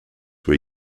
were